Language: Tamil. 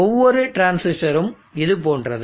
ஒவ்வொரு டிரான்சிஸ்டரும் இது போன்றது